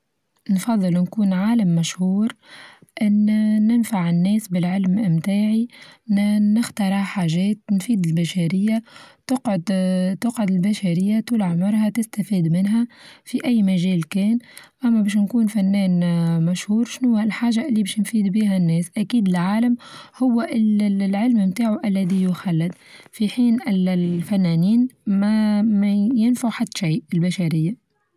نفظل نكون عالم مشهور أن ننفع الناس بالعلم بتاعي، ننخترع حاچات تفيد البشرية تقعد آآ تقعد البشرية طول عمرها تستفيد منها في أي مچال كان، أما باش نكون فنان آآ مشهور شنو هالحاچة اللي باش نفيد بيها الناس، أكيد العالم هو ال-العلم بتاعو الذي يخلد، في حين ال-الفنانين ما-ما ينفعو حتى شي البشرية.